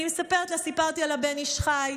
אני מספרת לה שסיפרתי על הבן איש חי,